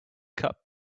cup